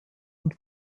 und